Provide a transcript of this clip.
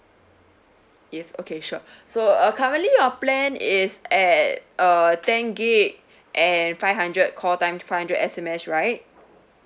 yes okay sure so uh currently your plan is at uh ten gigabyte and five hundred call time five hundred S_M_S right